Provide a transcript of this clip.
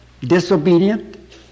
disobedient